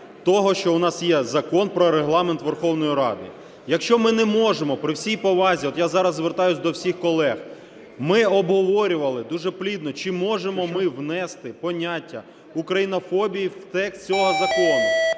того, що у нас є Закон "Про Регламент Верховної Ради України". Якщо ми не можемо… При всій повазі, от я зараз звертаюся до всіх колег, ми обговорювали дуже плідно, чи можемо ми внести поняття українофобії в текст цього закону.